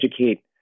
educate